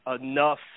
enough